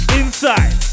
inside